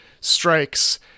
strikes